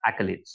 accolades